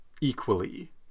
equally